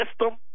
System